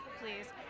Please